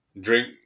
drink